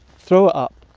throw it up.